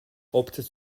opted